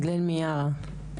מדלן מיראה.